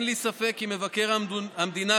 אין לי ספק כי מבקר המדינה,